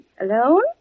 Alone